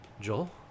Joel